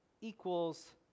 equals